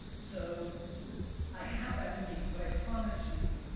so i have that in me, but i promise you,